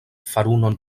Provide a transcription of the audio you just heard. farunon